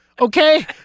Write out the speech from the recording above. Okay